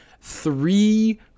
three